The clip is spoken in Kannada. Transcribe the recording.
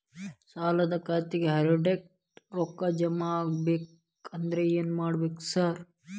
ಸಾಲದ ಖಾತೆಗೆ ಡೈರೆಕ್ಟ್ ರೊಕ್ಕಾ ಜಮಾ ಆಗ್ಬೇಕಂದ್ರ ಏನ್ ಮಾಡ್ಬೇಕ್ ಸಾರ್?